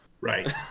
Right